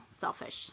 selfish